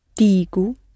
Digo